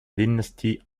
dynasties